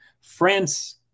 France